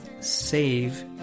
save